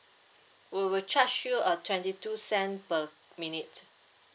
we will charge you uh twenty two cents per minute